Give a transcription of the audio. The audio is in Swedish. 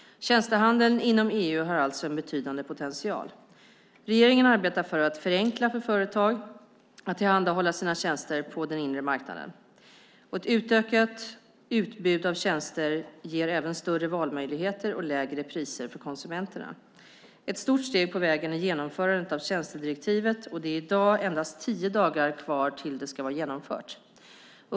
Tjänstehandeln inom EU har alltså en betydande potential. Regeringen arbetar för att förenkla för företag att tillhandahålla sina tjänster på den inre marknaden. Ett ökat utbud av tjänster ger även större valmöjligheter och lägre priser för konsumenterna. En stort steg på vägen är genomförandet av tjänstedirektivet, och det är i dag endast tio dagar kvar tills det ska vara genomfört.